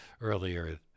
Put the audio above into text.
earlier